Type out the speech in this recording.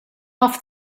off